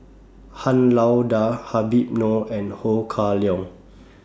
Han Lao DA Habib Noh and Ho Kah Leong